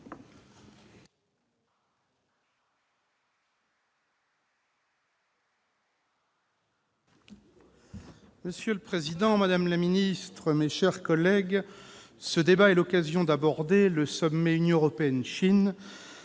Monsieur le président, madame la secrétaire d'État, mes chers collègues, ce débat est l'occasion d'aborder le sommet Union européenne-Chine,